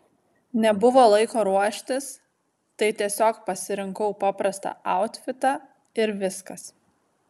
nebuvo laiko ruoštis tai tiesiog pasirinkau paprastą autfitą ir viskas